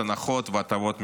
הנחות והטבות מגזריות.